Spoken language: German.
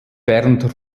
bernd